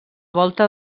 volta